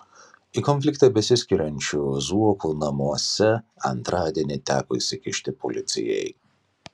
į konfliktą besiskiriančių zuokų namuose antradienį teko įsikišti policijai